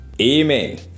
Amen